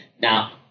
now